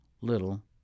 little